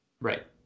Right